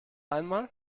einmal